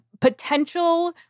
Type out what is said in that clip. potential